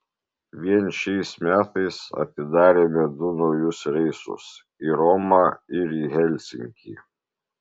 vien šiais metais atidarėme du naujus reisus į romą ir į helsinkį